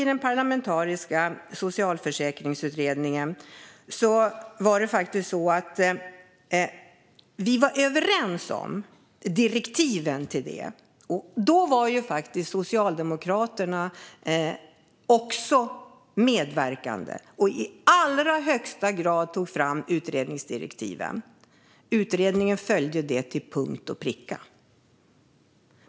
I den parlamentariska socialförsäkringsutredningen var vi faktiskt överens om direktiven. Då medverkade också Socialdemokraterna i allra högsta grad med att ta fram utredningsdirektiven, som utredningen sedan följde till punkt och pricka.